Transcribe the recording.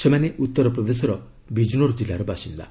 ସେମାନେ ଉତ୍ତର ପ୍ରଦେଶର ବିଜ୍ନୋର୍ ଜିଲ୍ଲାର ବାସିନ୍ଦା